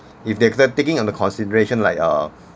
if they're they're taking into consideration like err